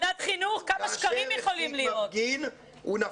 ושבר רגל.